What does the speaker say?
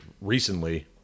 recently